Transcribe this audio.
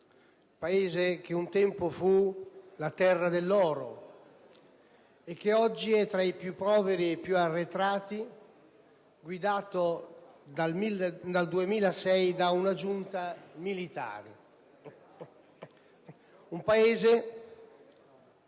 ricco, un tempo definito "terra dell'oro", e che oggi è tra i più poveri ed arretrati, guidato dal 2006 da una giunta militare. Un Paese